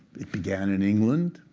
it began in england,